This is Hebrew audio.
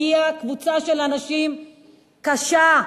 הגיעה קבוצה של אנשים, קשה.